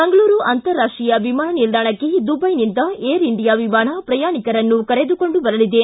ಮಂಗಳೂರು ಅಂತಾರಾಷ್ಲೀಯ ವಿಮಾನ ನಿಲ್ಲಾಣಕ್ಕೆ ದುಬಾಯಿಯಿಂದ ಏರ್ ಇಂಡಿಯಾ ವಿಮಾನ ಪ್ರಯಾಣಿಕರನ್ನು ಕರೆದುಕೊಂಡು ಬರಲಿದೆ